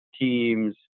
teams